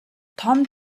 том